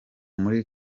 muri